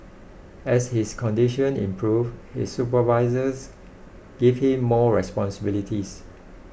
as his condition improved his supervisors gave him more responsibilities